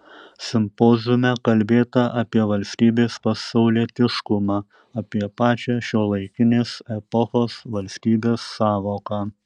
simpoziume kalbėta apie valstybės pasaulietiškumą apie pačią šiuolaikinės epochos valstybės sąvoką